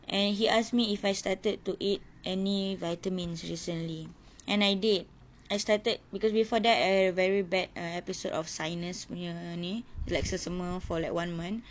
and he asked me if I started to eat any vitamins recently and I did I started because before that I had a very bad ah episode of sinus punya ni like selsema for like one month